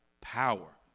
Power